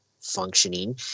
functioning